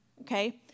Okay